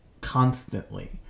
constantly